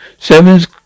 Seven's